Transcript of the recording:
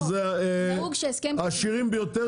שזה העשירים ביותר,